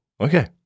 okay